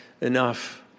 enough